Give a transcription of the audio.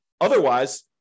Otherwise